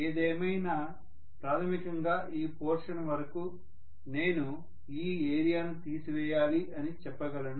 ఏదేమైనా ప్రాథమికంగా ఈ పోర్షన్ వరకు నేను ఈ ఏరియాను తీసివేయాలి అని చెప్పగలను